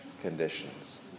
conditions